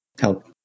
help